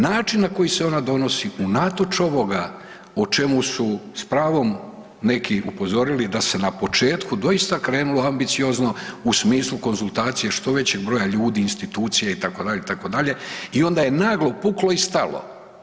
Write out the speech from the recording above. Način na koji se ona donosi unatoč ovoga o čemu su s pravom neki upozorili da se na početku doista krenulo ambiciozno u smislu konzultacije što većeg broja ljudi, institucije, itd., itd., i onda je naglo puklo i stalo.